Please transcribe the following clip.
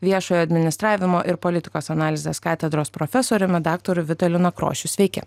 viešojo administravimo ir politikos analizės katedros profesoriumi daktaru vitaliu nakrošiu sveiki